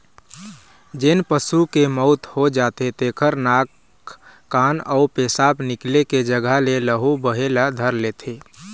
जेन पशु के मउत हो जाथे तेखर नाक, कान अउ पेसाब निकले के जघा ले लहू बहे ल धर लेथे